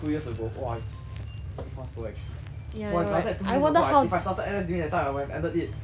two years ago !wah! it's damn fast though actually !wah! if like that two years ago if I started N_S during that time I would have ended it